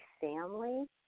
family